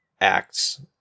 acts